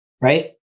right